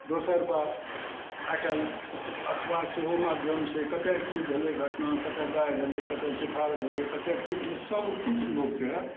दोसर बात आइ काल्हि अखबार सेहो माध्यम छै कतऽ की भेलय घटना कतऽ बाढ़ि एलय कतऽ सुखार भेलय कतऽ की भेलय सब किछु लोकके